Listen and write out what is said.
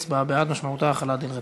הצבעה בעד משמעותה החלת דין רציפות.